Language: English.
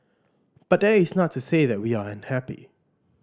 but that is not to say that we are unhappy